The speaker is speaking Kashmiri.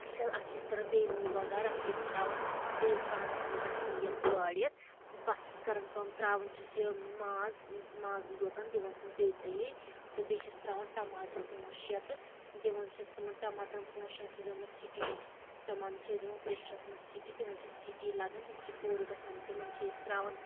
یہ چھِ أسۍ اتھ چھِ کران بیٚیہِ نوٚو بَگار اتھ چھِ أسۍ ترٛاوان بیٚیِس بانَس مَنٛز تیٖل کٲرِتھ پتہٕ چھِس کران کٲم ترٛاوان چھِس یہِ ماز مازٕے یوت دوان چھِس بیٚیہِ تٔلِنۍ تہٕ بیٚیہِ چھِس ترٛاوان ٹماٹر پانٛژھ شےٚ تہٕ دِوان چھِس تِمن ٹماٹرن پانٛژھ شیٚن چھِس دِوان أسۍ سٹیٖم تِمن چھِ أسۍ دِوان پریٚشرَس مَنٛز سٹیٖم تِمن چھِ سٹیٖم لگَان تِم چھِ پوٗرٕ گَژھان تِمن چھِ أسۍ ترٛاوان